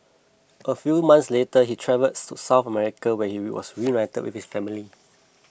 a few months later he travelled to South Africa where he was reunited with his family